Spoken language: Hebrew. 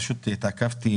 פשוט התעכבתי,